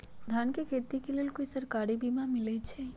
धान के खेती के लेल कोइ सरकारी बीमा मलैछई?